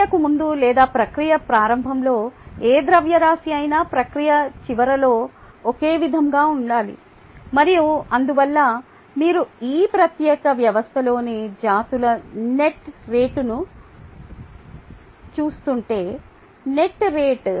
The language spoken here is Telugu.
ప్రక్రియకు ముందు లేదా ప్రక్రియ ప్రారంభంలో ఏ ద్రవ్యరాశి అయినా ప్రక్రియ చివరిలో ఒకే విధంగా ఉండాలి మరియు అందువల్ల మీరు ఈ ప్రత్యేక వ్యవస్థలోని జాతుల నెట్ రేటును చూస్తుంటే నెట్ రేటు